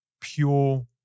pure